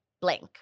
blank